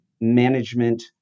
management